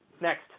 next